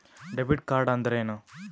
Debit ಕಾರ್ಡ್ಅಂದರೇನು?